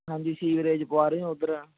ਹਾਂਜੀ ਸੀਵਰੇਜ ਪਵਾ ਰਹੇ ਹੋ ਉੱਧਰ